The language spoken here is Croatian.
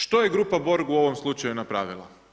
Što je grupa Borg u ovom slučaju napravila?